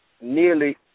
nearly